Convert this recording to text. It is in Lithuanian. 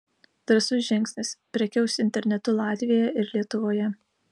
drąsus žingsnis prekiaus internetu latvijoje ir lietuvoje